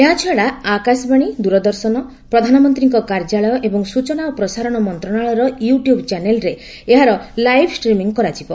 ଏହାଛଡ଼ା ଆକାଶବାଣୀ ଦୂରଦର୍ଶନ ପ୍ରଧାନମନ୍ତ୍ରୀଙ୍କ କାର୍ଯ୍ୟାଳୟ ଏବଂ ସ୍ୱଚନା ଓ ପ୍ରସାରଣ ମନ୍ତ୍ରଶାଳୟର ୟୁ ଟ୍ୟୁବ୍ ଚ୍ୟାନେଲ୍ରେ ଏହାର ଲାଇଭ୍ ଷ୍ଟ୍ରିମିଙ୍ଗ୍ ହେବ